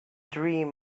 dream